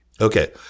Okay